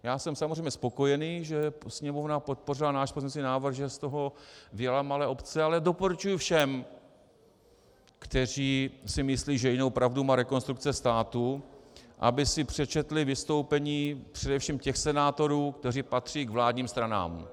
Já jsem samozřejmě spokojený, že Sněmovna podpořila náš pozměňovací návrh, že z toho vyňala malé obce, ale doporučuji všem, kteří si myslí, že jedinou pravdu má Rekonstrukce státu, aby si přečetli vystoupení především těch senátorů, kteří patří k vládním stranám.